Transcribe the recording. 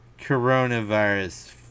Coronavirus